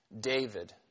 David